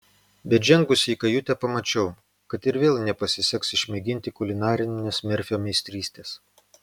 bet žengusi į kajutę pamačiau kad ir vėl nepasiseks išmėginti kulinarinės merfio meistrystės